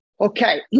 Okay